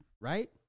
right